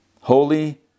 Holy